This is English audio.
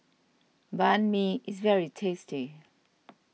Banh Mi is very tasty